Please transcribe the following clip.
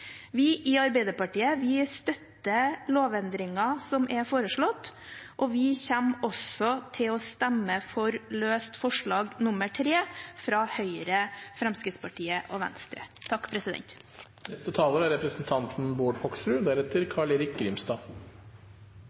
Vi i Arbeiderpartiet støtter lovendringen som er foreslått, og vi kommer også til å stemme for løst forslag nr. 3, fra Høyre, Fremskrittspartiet og Venstre. Personvernvern er utrolig viktig for Fremskrittspartiet, vi er